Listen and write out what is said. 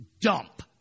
dump